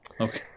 okay